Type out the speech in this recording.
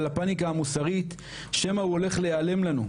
הפניקה המוסרית שמא הוא הולך להיעלם לנו,